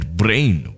brain